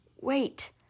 Wait